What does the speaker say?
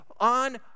on